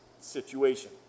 situation